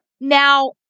Now